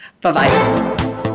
bye-bye